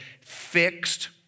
fixed